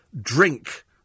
drink